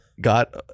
got